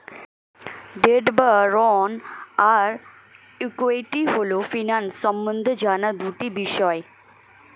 date বা ঋণ আর ইক্যুইটি হল ফিন্যান্স সম্বন্ধে জানার দুটি বিষয়